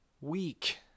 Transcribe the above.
weak